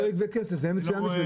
יש בחירות.